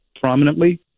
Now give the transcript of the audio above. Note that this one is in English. prominently